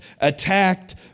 attacked